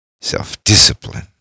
self-discipline